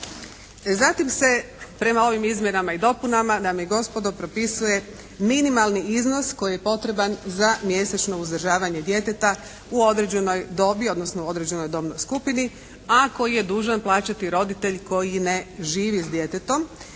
Zatim se prema ovim izmjenama i dopunama dame i gospodo propisuje minimalni iznos koji je potreban za mjesečno uzdržavanje djeteta u određenoj dobi odnosno u određenoj dobnoj skupini, a koji je dužan plaćati roditelj koji ne živi s djetetom